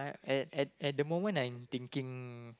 at at at the moment I'm thinking